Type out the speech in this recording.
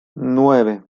nueve